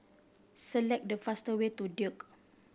select the fastest way to Duke